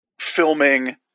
filming